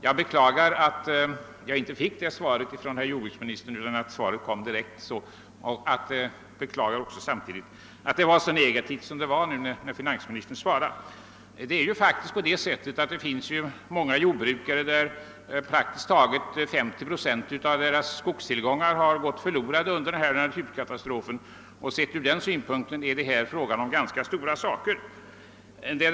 Jag beklagar att jag inte fick svaret av jordbruksministern utan att det kom direkt från finansministern och beklagar också att finansministern var så negativ. Det finns många jordbrukare som har förlorat praktiskt taget 50 procent av sina skogstillgångar på grund av den här naturkatastrofen, och med tanke härpå rör det sig om en ganska stor sak.